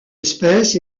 espèce